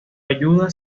ayuda